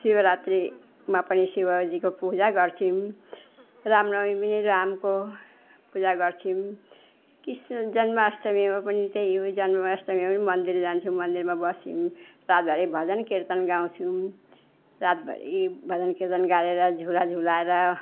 शिवरात्रीमा पनि शिवजीको कुरा गर्छिम् राम नवमी पनि रामको पूजा गर्छौँ कृष्ण जन्माष्टमीमा पनि त्यही हो जन्माष्टमीमा पनि मन्दिर जान्छौँ मन्दिरमा बस्छौँ रातभरि भजन कीर्तन गाउँछौँ रातभरि भजन कीर्तन गाएर झुला झुलाएर